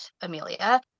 Amelia